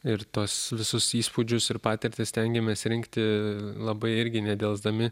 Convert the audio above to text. ir tuos visus įspūdžius ir patirtis stengiamės rinkti labai irgi nedelsdami